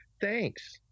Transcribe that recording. thanks